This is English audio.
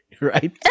Right